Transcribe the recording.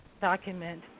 document